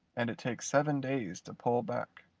and it takes seven days to pole back.